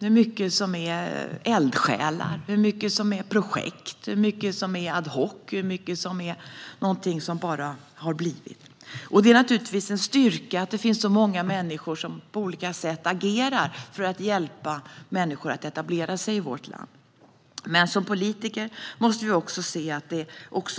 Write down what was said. Det finns många eldsjälar och mycket som är projekt, ad hoc och någonting som bara har blivit. Det är naturligtvis en styrka att det finns så många människor som på olika sätt agerar för att hjälpa människor att etablera sig i vårt land. Som politiker måste man också se att det